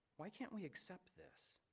why can't we accept this?